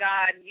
God